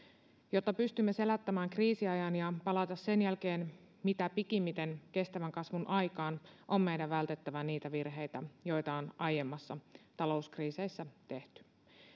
jotta pystymme selättämään kriisiajan ja palaamaan sen jälkeen mitä pikimmiten kestävän kasvun aikaan on meidän vältettävä niitä virheitä joita on aiemmissa talouskriiseissä tehty